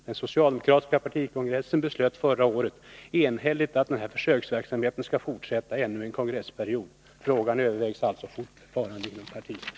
Den socialdemokratiska partikongressen beslöt förra året enhälligt att den här försöksverksamheten skall fortsätta ännu en kongressperiod. Frågan övervägs alltså fortlöpande inom partiet.